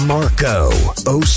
Marco